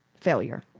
failure